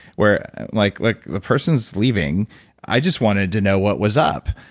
where like, like the person is leaving i just wanted to know what was up.